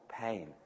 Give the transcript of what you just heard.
pain